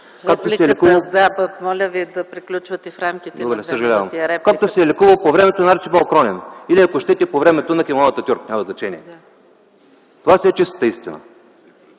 ...както се е лекувал по времето на Арчибалд Кронин, или, ако щете, по времето на Кемал Ататюрк, няма значение. Това си е чистата истина.